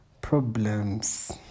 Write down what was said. Problems